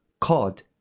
Cod